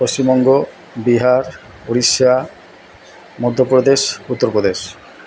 Paschimbanga Bihar Orissa Madhya Pradesh Uttar Pradesh